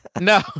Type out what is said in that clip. No